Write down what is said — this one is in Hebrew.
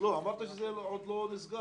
אמרת שזה עוד לא נסגר סופית.